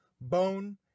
bone